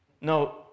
No